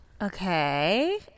Okay